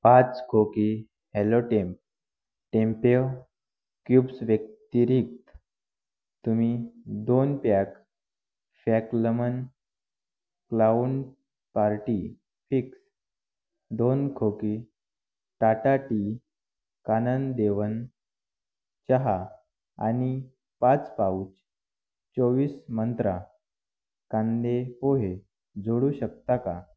पाच खोकी हॅलो टेम टेम्पे क्यूब्स व्यक्तिरिक्त तुम्ही दोन पॅक फॅक्लमन क्लाऊन पार्टी पिक्स दोन खोकी टाटा टी कानन देवन चहा आणि पाच पाउच चोवीस मंत्रा कांदे पोहे जोडू शकता का